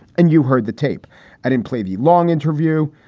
and you heard the tape and in play the long interview.